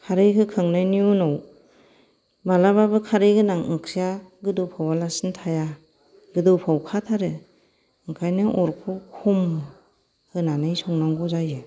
खारै होखांनायनि उनाव मालाबाबो खारै गोनां ओंख्रिया गोदौफावआलासिनो थाया गोदौफावखाथारो ओंखायनो अरखौ खम होनानै संनांगौ जायो